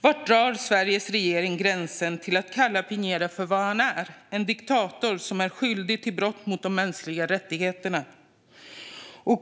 Var drar Sveriges regering gränsen till att kalla Piñera för vad han är, nämligen en diktator skyldig till brott mot de mänskliga rättigheterna?